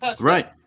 right